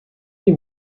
wie